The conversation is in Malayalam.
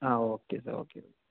ആ ഓക്കേ സാർ ഓക്കേ